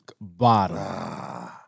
bottom